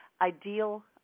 ideal